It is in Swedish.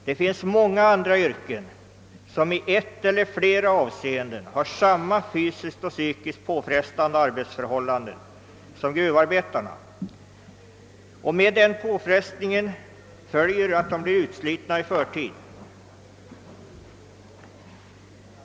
Det finns många andra yrken inom vilka man i ett eller flera avseenden har samma fysiskt och psykiskt påfrestande arbetsförhållanden som gruvarbetarna har. Med den påfrestningen följer att arbetarna blir utslitna i förtid.